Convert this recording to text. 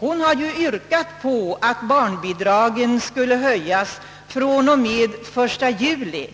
Hon har yrkat på att barnbidraget skall höjas från 1 juli